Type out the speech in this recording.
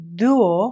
duo